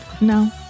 No